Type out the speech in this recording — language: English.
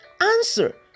answer